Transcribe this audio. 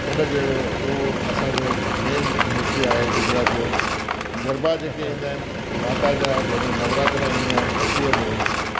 उन जहिड़ो उहो असांजो मेन नृत्य आहे गुजरात जो गरबा जेके ईंदा आहिनि माता जा जॾहिं नवरात्रा ईंदा आहिनि असूअ में